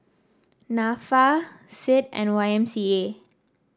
NAFA CID and Y M C A